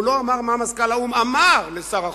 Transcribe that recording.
הוא לא אמר מה מזכ"ל האו"ם אמר לשר החוץ.